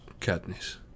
Katniss